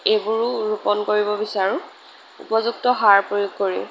এইবোৰো ৰোপণ কৰিব বিচাৰোঁ উপযুক্ত সাৰ প্ৰয়োগ কৰি